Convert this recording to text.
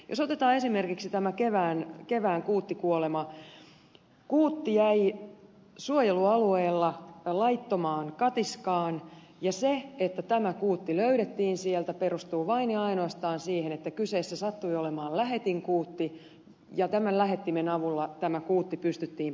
jos otetaan esimerkiksi tämä kevään kuuttikuolema niin kuutti jäi suojelualueella laittomaan katiskaan ja se että tämä kuutti löydettiin sieltä perustuu vain ja ainoastaan siihen että kyseessä sattui olemaan lähetinkuutti ja lähettimen avulla kuutti pystyttiin paikallistamaan